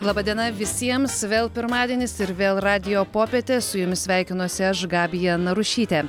laba diena visiems vėl pirmadienis ir vėl radijo popietė su jumis sveikinuosi aš gabija narušytė